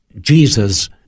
Jesus